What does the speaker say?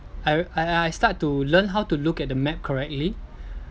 I I I start to learn how to look at the map correctly